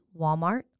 Walmart